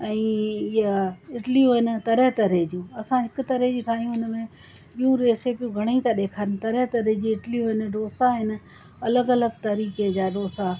ऐं इहा इडलियूं आहिनि तरह तरह जूं असां हिकु तरह जी ठाहियूं इन में ॿियूं रेसिपियूं घणेई था ॾेखारनि त तरह तरह जी इडलियूं आहिनि डोसा आहिनि अलॻि अलॻि तरीक़े जा डोसा